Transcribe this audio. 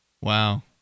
Wow